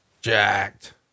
jacked